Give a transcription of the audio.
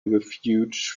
refuge